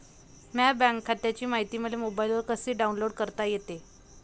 माह्या बँक खात्याची मायती मले मोबाईलवर कसी डाऊनलोड करता येते?